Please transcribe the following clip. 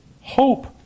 hope